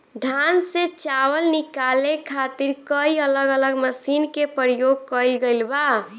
धान से चावल निकाले खातिर कई अलग अलग मशीन के प्रयोग कईल गईल बा